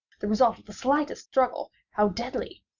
the result of the slightest struggle how deadly!